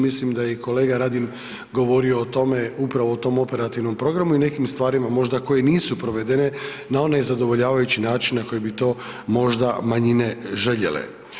Mislim da je i kolega Radin govorio o tome upravo o tom operativnom programu i nekim stvarima možda koje nisu provedene na onaj zadovoljavajući način na koji bi to možda manjine željele.